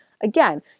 again